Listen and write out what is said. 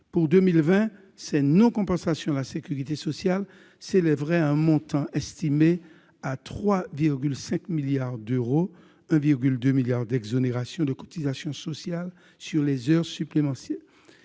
de recettes non compensées à la sécurité sociale s'élèveraient à un montant estimé à 3,5 milliards d'euros : 1,2 milliard d'euros d'exonération de cotisations sociales sur les heures supplémentaires,